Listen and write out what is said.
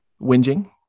Whinging